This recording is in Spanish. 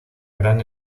gran